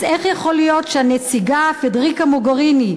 אז איך יכול להיות שהנציגה פדריקה מוגריני,